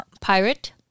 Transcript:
Pirate